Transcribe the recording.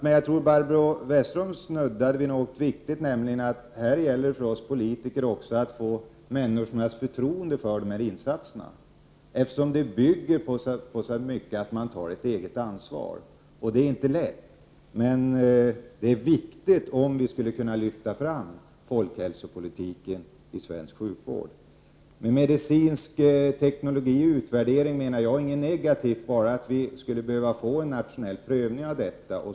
Men Barbro Westerholm snuddade vid något viktigt, nämligen att det också gäller för oss politiker att få människornas förtroende för insatserna, eftersom det så mycket bygger på att man tar ett eget ansvar. Det är inte lätt, men det är viktigt, om vi skall kunna lyfta fram folkhälsopolitiken i svensk sjukvård. När jag talar om medicinsk teknologi och en utvärdering menar jag inte något negativt, utan bara att det skulle behövas en nationell prövning av detta.